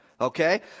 okay